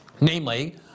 Namely